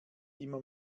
immer